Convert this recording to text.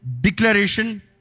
declaration